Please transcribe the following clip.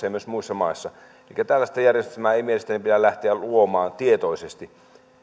ja myös muissa maissa elikkä tällaista järjestelmää ei mielestäni pidä lähteä luomaan tietoisesti